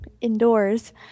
indoors